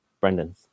Brendan